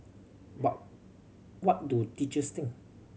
but what do teachers think